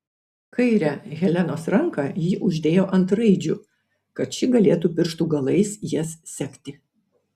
kairę helenos ranką ji uždėjo ant raidžių kad ši galėtų pirštų galais jas sekti